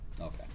Okay